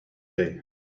day